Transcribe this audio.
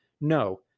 No